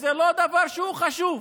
שזה לא דבר חשוב.